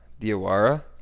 Diawara